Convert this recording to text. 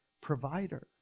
provider